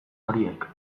horiek